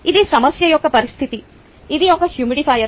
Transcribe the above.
ఇది సమస్య యొక్క పరిస్థితి ఇది ఒక హ్యూమిడిఫైయర్